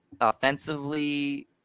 offensively